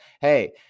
hey